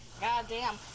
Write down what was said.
Goddamn